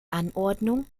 anordnung